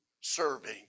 serving